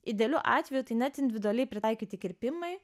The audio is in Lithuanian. idealiu atveju tai net individualiai pritaikyti kirpimai